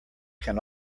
can